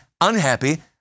unhappy